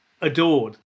adored